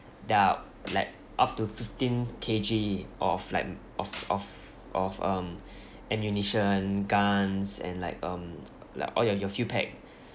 that are like up to fifteen K_G of like of of of um ammunition guns and like um like all your your field pack